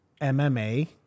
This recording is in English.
MMA